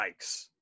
yikes